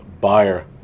buyer